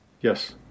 Yes